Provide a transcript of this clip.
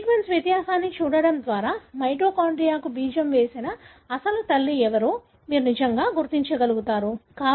sequence వ్యత్యాసాన్ని చూడటం ద్వారా మైటోకాండ్రియాకు బీజం వేసిన అసలు తల్లి ఎవరో మీరు నిజంగా గుర్తించగలరు